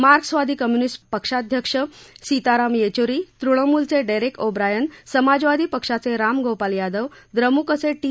मार्क्सवादी कम्युनिस्ट पक्षाध्यक्ष सीताराम येचुरी तृणमूलचे डेरेक ओ ब्रायन समाजवादी पक्षाचे राम गोपाल यादव द्रमुकचे टी